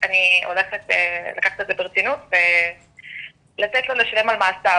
אני הולכת לקחת את זה ברצינות ולתת לו לשלם על מעשיו,